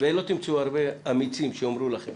ולא תמצאו הרבה אמיצים שיאמרו לכם